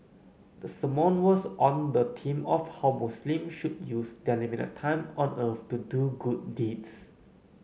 the sermon was on the theme of how Muslims should use their limited time on earth to do good deeds